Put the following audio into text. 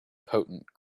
potent